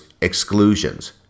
exclusions